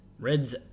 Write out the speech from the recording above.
Reds